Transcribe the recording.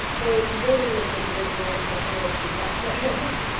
those familiar with an individual in the promotion process,